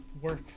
work